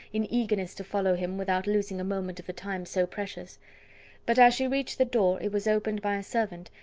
in eagerness to follow him, without losing a moment of the time so precious but as she reached the door it was opened by a servant,